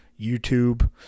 YouTube